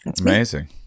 Amazing